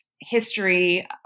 history